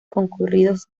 concurridos